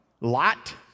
Lot